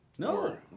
No